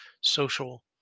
social